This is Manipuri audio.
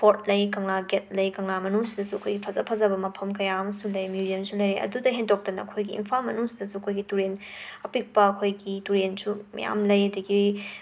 ꯐꯣꯔꯠ ꯂꯩ ꯀꯪꯂꯥ ꯒꯦꯠ ꯂꯩ ꯀꯪꯂꯥ ꯃꯅꯨꯡꯁꯤꯗꯁꯨ ꯑꯩꯈꯣꯏ ꯐꯖ ꯐꯖꯕ ꯃꯐꯝ ꯀꯌꯥ ꯑꯃꯁꯨ ꯂꯩ ꯃ꯭ꯌꯨꯖꯝꯁꯨ ꯂꯩ ꯑꯗꯨꯗꯒꯤ ꯍꯦꯟꯗꯣꯛꯇꯅ ꯑꯩꯈꯣꯏꯒꯤ ꯏꯝꯐꯥꯜ ꯃꯅꯨꯡꯁꯤꯗꯁꯨ ꯑꯩꯈꯣꯏꯒꯤ ꯇꯨꯔꯦꯟ ꯑꯄꯤꯛꯄ ꯑꯩꯈꯣꯏꯒꯤ ꯇꯨꯔꯦꯟꯁꯨ ꯃꯌꯥꯝ ꯂꯩ ꯑꯗꯒꯤ